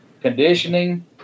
conditioning